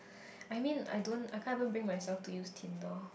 I mean I don't I can't even bring myself to use Tinder